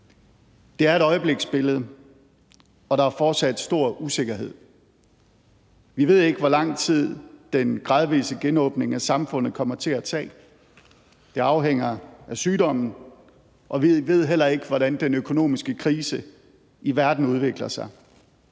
Det er et øjebliksbillede, og der er fortsat stor usikkerhed. Vi ved ikke, hvor lang tid den gradvise genåbning af samfundet kommer til at tage. Det afhænger af sygdommen, og vi ved heller ikke, hvordan den økonomiske krise i verden udvikler sig.